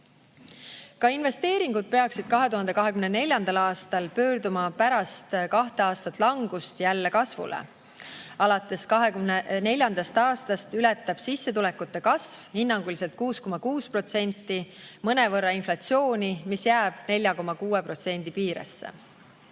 Ka investeeringud peaksid 2024. aastal pöörduma pärast kahte aastat langust jälle kasvule. Alates 2024. aastast ületab sissetulekute kasv – hinnanguliselt 6,6% – mõnevõrra inflatsiooni, mis jääb 4,6% piiresse.